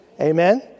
Amen